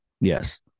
Yes